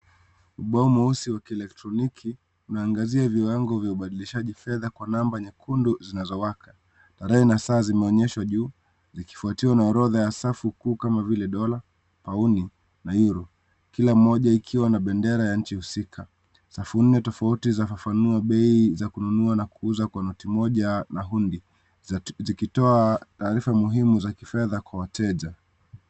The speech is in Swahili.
Ubao mweusi wa kielektroniki, unaangazia viwango vya ubadilishaji fedha kwa namba nyekundu zinazowaka, tarehe na saa zimeonyeshwa juu zikifwatiwa na orodha ya safu kuu ya Dola , Paundi na Yuro. Kila moja ikiwa na bendera ya nchi husika, safu nne tofauti zinafafanua bei za kuuza na kununua wakati moja na hio mwingine, zikitoa taarifa muhimu za fedha kwa wateja.